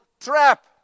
trap